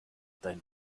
dein